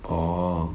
orh